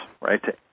right